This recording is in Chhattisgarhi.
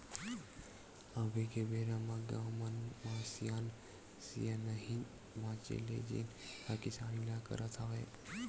अभी के बेरा म गाँव मन म सियान सियनहिन बाचे हे जेन ह किसानी ल करत हवय